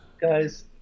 guys